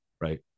right